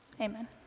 amen